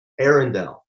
Arendelle